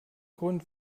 grund